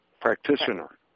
practitioner